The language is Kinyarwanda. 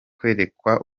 kwerekwa